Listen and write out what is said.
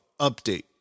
update